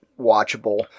watchable